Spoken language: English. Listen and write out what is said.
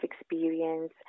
experience